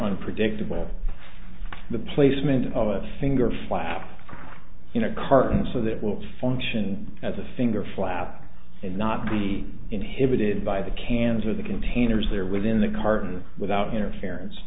unpredictable the placement of a finger flap in a carton so that will function as a finger flap and not be inhibited by the cans or the containers that are within the carton without interference